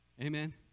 Amen